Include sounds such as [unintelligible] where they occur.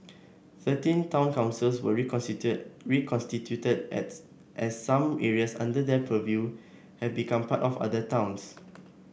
thirteen town councils were [unintelligible] reconstituted as as some areas under their purview have become part of other towns